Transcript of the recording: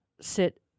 sit